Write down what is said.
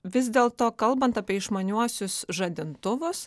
vis dėlto kalbant apie išmaniuosius žadintuvus